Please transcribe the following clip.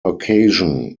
occasion